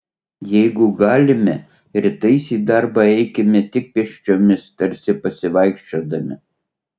jeigu galime rytais į darbą eikime tik pėsčiomis tarsi pasivaikščiodami